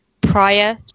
prior